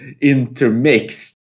intermixed